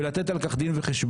ולתת על כך דין וחשבון.